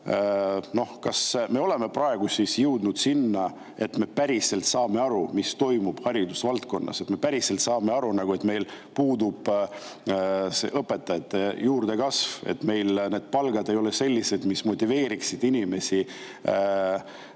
Kas me oleme praegu jõudnud sinna, et me päriselt saame aru, mis toimub haridusvaldkonnas, et me päriselt saame aru, et meil puudub õpetajate juurdekasv, et meil palgad ei ole sellised, mis motiveeriksid inimesi